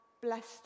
blessed